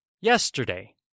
yesterday